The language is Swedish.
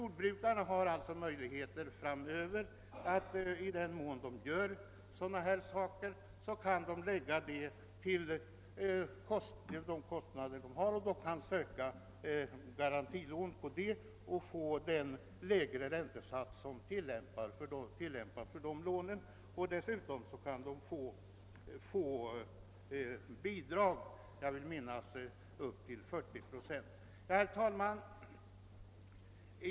Jordbrukarna har alltså möj lighet framöver att i den mån de gör rationaliseringar lägga till kostnaden för reningsanläggning och få garantilån med den lägre räntesats som tillämpas för sådana lån. Dessutom kan de få bidrag på jag vill minnas upp till 40 procent. Herr talman!